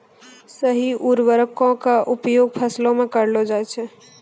सही उर्वरको क उपयोग फसलो म करलो जाय छै